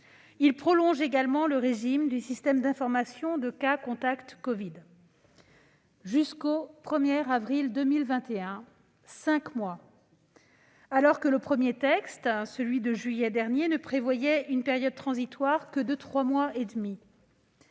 Il prolonge également le régime du système d'information de cas contacts covid jusqu'au 1 avril 2021, soit cinq mois, alors que le premier texte, celui de juillet dernier, prévoyait une période transitoire de trois mois et demi.